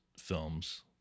films